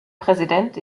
präsident